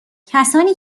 کسانی